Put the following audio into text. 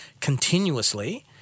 continuously